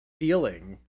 feeling